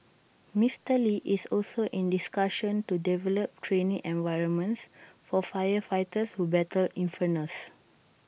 Mister lee is also in discussions to develop training environments for firefighters who battle infernos